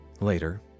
Later